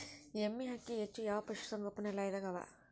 ಎಮ್ಮೆ ಅಕ್ಕಿ ಹೆಚ್ಚು ಯಾವ ಪಶುಸಂಗೋಪನಾಲಯದಾಗ ಅವಾ?